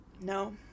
No